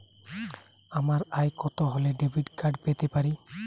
আমার আয় কত হলে ডেবিট কার্ড পেতে পারি?